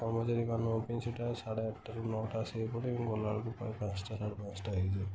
କର୍ମଚାରୀ ମାନଙ୍କ ପାଇଁ ସେଇଟା ସାଢ଼େ ଆଠଟାରୁ ନଅଟା ସେ ପୁଣି ଗଲାବେଳକୁ ପାଞ୍ଚଟା ସାଢ଼େ ପାଞ୍ଚଟା ହେଇଯାଏ